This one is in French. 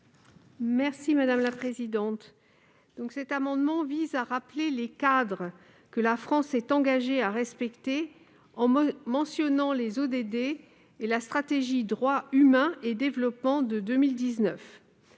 est à Mme Claudine Lepage. Cet amendement vise à rappeler les cadres que la France s'est engagée à respecter en mentionnant les ODD et la stratégie Droits humains et développement de 2019.